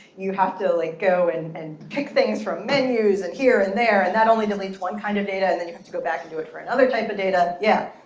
you have to like go and and pick things from menus and here and there. and that only deletes one kind of data. and then you have to go back and do it for another type of data. yeah?